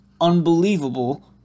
unbelievable